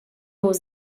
was